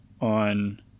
on